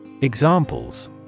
Examples